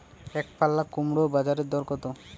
একপাল্লা কুমড়োর বাজার দর কত?